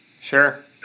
sure